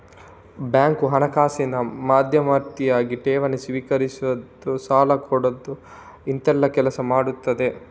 bank ಹಣಕಾಸಿನ ಮಧ್ಯವರ್ತಿಯಾಗಿ ಠೇವಣಿ ಸ್ವೀಕರಿಸುದು, ಸಾಲ ಕೊಡುದು ಇಂತೆಲ್ಲ ಕೆಲಸ ಮಾಡ್ತದೆ